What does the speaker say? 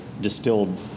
distilled